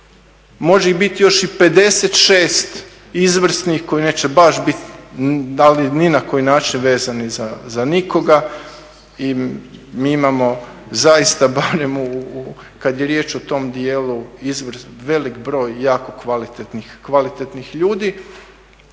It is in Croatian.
može ih biti još 56 koji neće baš biti ni na koji način vezani za nikoga i mi imamo zaista, barem kad je riječ o tom dijelu, velik broj jako kvalitetnih ljudi.